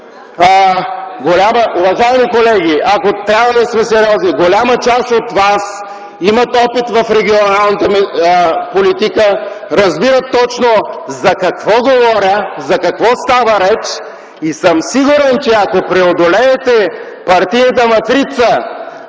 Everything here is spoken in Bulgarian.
Уважаеми колеги, ако трябва да сме сериозни: голяма част от вас имат опит в регионалната политика, разбират точно за какво говоря и за какво става реч. Сигурен съм, че ако преодолеете партийната матрица,